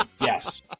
Yes